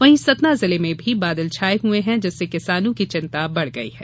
वहीं सतना जिले में भी बादल छाये हुए हैं जिससे किसानों की चिन्ता बढ़ गई है